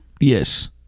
Yes